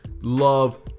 love